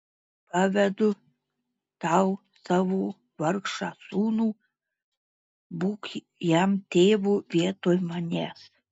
pavedu tau savo vargšą sūnų būk jam tėvu vietoj manęs